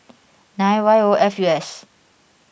nine Y O F U S